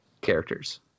characters